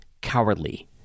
cowardly